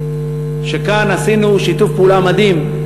שכאן עשינו שיתוף פעולה מדהים,